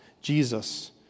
Jesus